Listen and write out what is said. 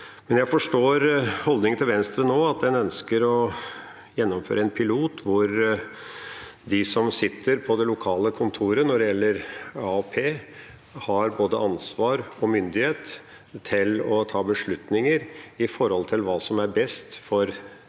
Jeg forstår holdningen til Venstre nå, at en ønsker å gjennomføre en pilot hvor de som sitter på det lokale kontoret, har både ansvar og myndighet til å ta beslutninger i henhold til hva som er best for